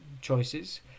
choices